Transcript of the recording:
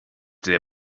der